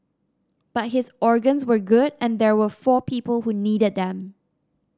but his organs were good and there were four people who needed them